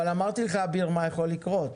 אבל אמרתי לך מה יכול לקרות.